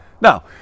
Now